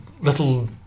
little